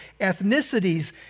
ethnicities